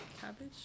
cabbage